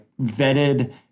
vetted